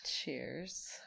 Cheers